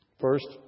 First